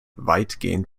weitgehend